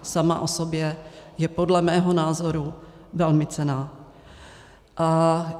Sama o sobě je podle mého názoru velmi cenná.